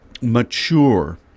mature